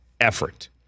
effort